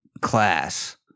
class